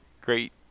great